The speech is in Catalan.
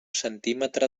centímetre